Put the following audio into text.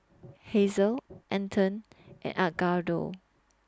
Hazelle Anton and Edgardo